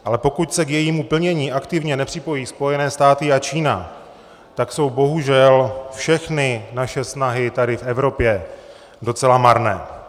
Ale pokud se k jejímu plnění aktivně nepřipojí Spojené státy a Čína, tak jsou bohužel všechny naše snahy tady v Evropě docela marné.